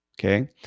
okay